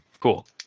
Cool